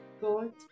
God